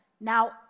Now